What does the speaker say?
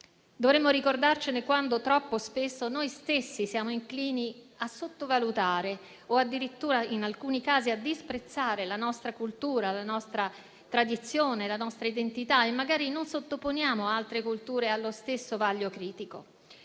dovremmo ricordarcene quando, troppo spesso, noi stessi siamo inclini a sottovalutare o addirittura in alcuni casi a disprezzare la nostra cultura, la nostra tradizione, la nostra identità e magari non sottoponiamo altre culture allo stesso vaglio critico;